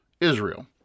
Israel